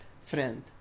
Friend